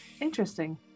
Interesting